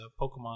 Pokemon